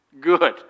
Good